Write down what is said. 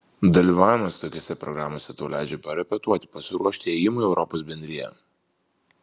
dalyvavimas tokiose programose tau leidžia parepetuoti pasiruošti ėjimui į europos bendriją